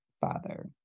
father